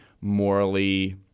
morally